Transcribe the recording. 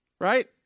right